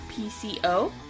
PCO